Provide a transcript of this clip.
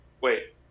Wait